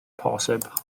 posib